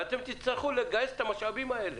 ואתם תצטרכו לגייס את המשאבים האלה,